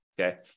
okay